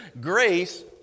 grace